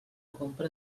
compra